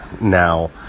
now